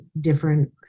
different